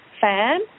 fan